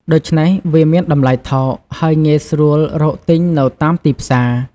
ដូច្នេះវាមានតម្លៃថោក ហើយងាយស្រួលរកទិញនៅតាមទីផ្សារ។